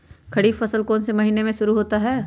खरीफ फसल कौन में से महीने से शुरू होता है?